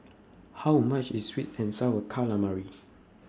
How much IS Sweet and Sour Calamari